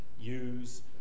use